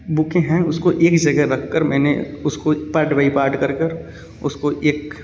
bouquet हैं उसे एक जगह रखकर मैंने उसको पार्ट बाई पार्ट कर कर उसको एक